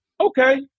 okay